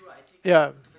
ya